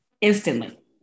instantly